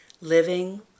living